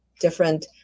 different